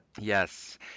Yes